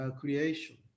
creation